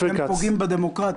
אתם פוגעים בדמוקרטיה.